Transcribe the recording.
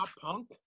punk